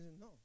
No